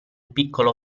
piccolo